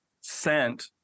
sent